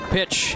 Pitch